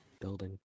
building